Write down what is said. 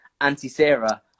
anti-Sarah